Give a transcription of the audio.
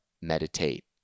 meditate